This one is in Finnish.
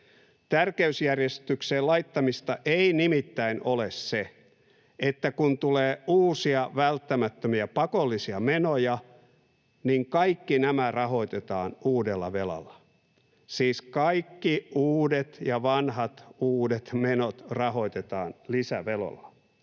Tärkeysjärjestykseen laittamista ei nimittäin ole se, että kun tulee uusia, välttämättömiä, pakollisia menoja, niin kaikki nämä rahoitetaan uudella velalla — siis kaikki uudet ja vanhat uudet menot rahoitetaan lisävelalla.